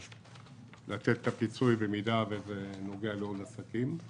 לתת את הפיצוי במידה וזה נוגע לעסקים.